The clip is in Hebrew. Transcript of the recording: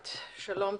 שלום,